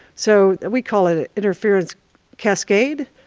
so we call it an interference cascade,